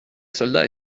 soldats